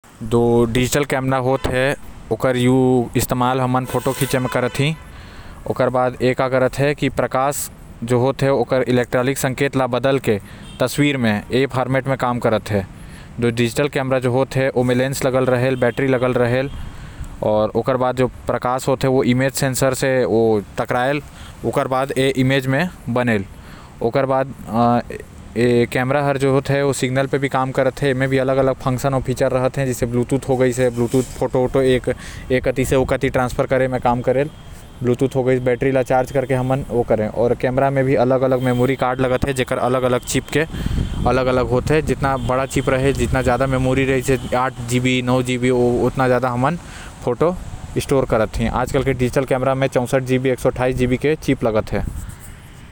जो digital camera राहत थे। ओकर इस्तेमाल फोटो ल गिछे म कार्थी ए का करत हे कि जो प्रकाश रहल ओकर इलेक्ट्रॉनिक पद्धति ला बदल के ए फार्मेट म काम करते। डिजिटल कैमरा म लेंस लगे रहते आऊ ओकर आगे म स्क्रीन रहेल। बैट्री लगे रहल आऊ ओकर बाद का हावत हे कि जो प्रकाश रहते ओ एकर सेंसर से टकराते आऊ फोटो है गिछाते।